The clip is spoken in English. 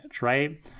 right